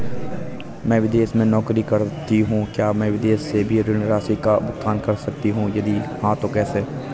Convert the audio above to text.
मैं विदेश में नौकरी करतीं हूँ क्या मैं विदेश से भी ऋण राशि का भुगतान कर सकती हूँ यदि हाँ तो कैसे?